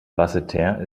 basseterre